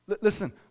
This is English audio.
Listen